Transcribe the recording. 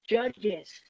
judges